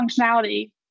functionality